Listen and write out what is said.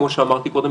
כמו שאמרתי קודם,